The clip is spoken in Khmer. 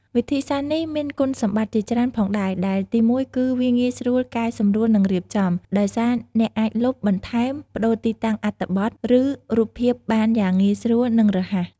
វិធីសាស្ត្រនេះមានគុណសម្បត្តិជាច្រើនផងដែរ ដែលទីមួយគឺ វាងាយស្រួលកែសម្រួលនិងរៀបចំ ដោយសារអ្នកអាចលុប បន្ថែម ប្ដូរទីតាំងអត្ថបទ ឬរូបភាពបានយ៉ាងងាយស្រួល និងរហ័ស។